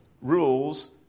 rules